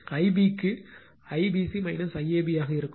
Ib க்கு IBC IAB ஆக இருக்கும்